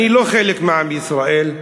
אני לא חלק מעם ישראל,